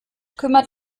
kümmert